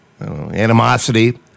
animosity